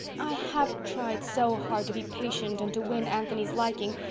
i have tried so hard to be patient and to win anthony's liking.